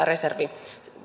reservin